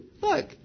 Look